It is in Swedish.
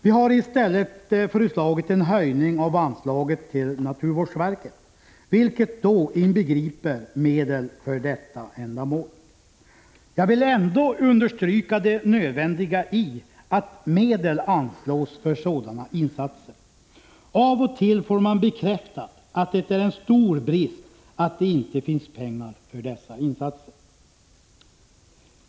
Vi har i stället föreslagit en 119 ändamål. Jag vill ändå understryka det nödvändiga i att medel anslås för sådana insatser. Av och till får man bekräftat att det är en stor brist att det inte finns pengar för dessa insatser.